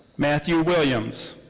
matthew williams.